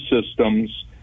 systems